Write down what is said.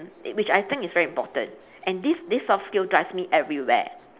which I think it's very important and this this soft skill drives me everywhere